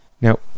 Now